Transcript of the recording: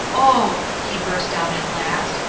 oh! he burst out at last.